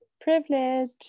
privilege